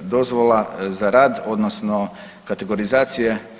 dozvola za rad odnosno kategorizacije.